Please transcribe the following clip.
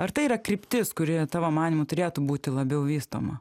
ar tai yra kryptis kuri tavo manymu turėtų būti labiau vystoma